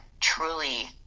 truly